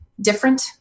different